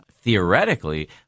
theoretically